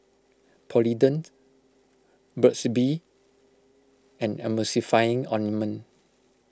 Polident Burt's Bee and Emulsying Ointment